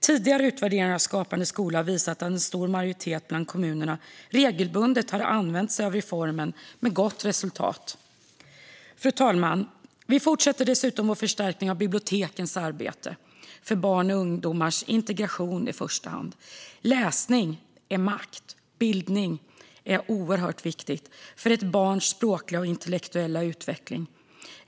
Tidigare utvärderingar av Skapande skola har visat att en stor majoritet av kommunerna regelbundet har använt sig av reformen med gott resultat. Fru talman! Vi fortsätter dessutom vår förstärkning av bibliotekens arbete för i första hand barns och ungdomars integration. Läsning är makt. Bildning är oerhört viktigt för ett barns språkliga och intellektuella utveckling.